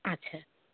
আচ্ছা